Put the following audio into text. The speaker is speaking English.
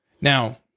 Now